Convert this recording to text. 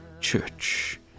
church